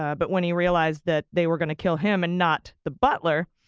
ah but when he realized that they were gonna kill him and not the butler,